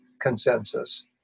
consensus